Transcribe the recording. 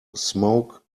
smoke